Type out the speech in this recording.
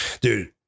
Dude